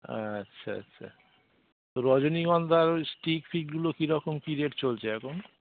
আচ্ছা আচ্ছা তো রজনীগন্ধার স্টিক ফিকগুলো কীরকম কী রেট চলছে এখন